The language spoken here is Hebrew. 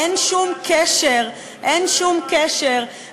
אין שום קשר, אין שום קשר.